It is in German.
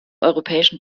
europäischen